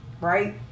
right